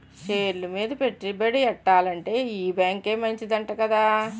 షేర్లు మీద పెట్టుబడి ఎట్టాలంటే ఈ బేంకే మంచిదంట కదా